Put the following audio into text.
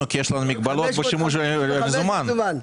מזומן.